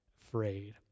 afraid